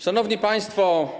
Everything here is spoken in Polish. Szanowni Państwo!